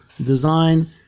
design